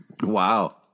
Wow